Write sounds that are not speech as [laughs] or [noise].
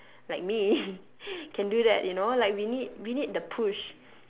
like me [laughs] can do that you know like we need we need the push